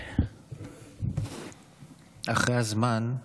אחרי הזמן,